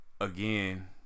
again